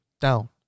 Down